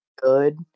Good